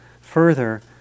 further